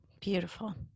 Beautiful